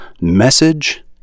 message